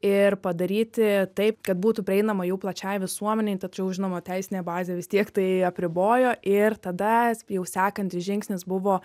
ir padaryti taip kad būtų prieinama jau plačiai visuomenei tačiau žinoma teisinė bazė tiek tai apribojo ir tada jau sekantis žingsnis buvo